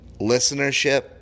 listenership